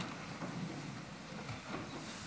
(חברי הכנסת מכבדים בקימה את המעמד.)